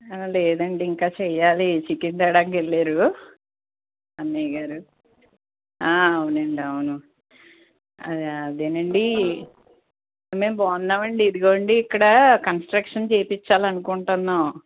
లేదండి ఇంకా చేయాలి చికెన్ తేవడానికి వెళ్ళారు అన్నయ్యగారు అవునండి అవును అదే అండి మేము బాగున్నాం అండి ఇదిగోండి ఇక్కడ కన్స్ట్రక్షన్ చేయించాలని అనుకుంటున్నాం